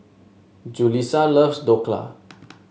Julissa loves Dhokla